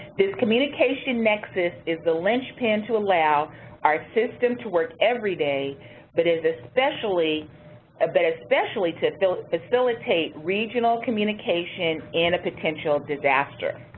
this communication nexus is the linchpin to allow our system to work every day but is especially ah but especially to facilitate regional communication in a potential disaster.